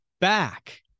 back